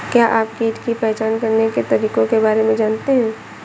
क्या आप कीट की पहचान करने के तरीकों के बारे में जानते हैं?